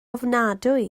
ofnadwy